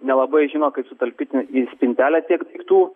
nelabai žino kaip sutalpint net į spintelę tiek daiktų